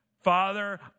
Father